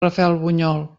rafelbunyol